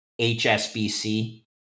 HSBC